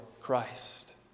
Christ